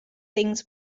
things